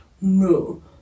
no